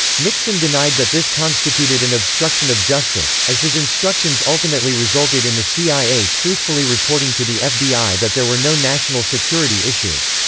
nixon denied that this constituted an obstruction of justice, as his instructions ultimately resulted in the cia truthfully reporting to the fbi that there were no national security issues.